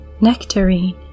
nectarine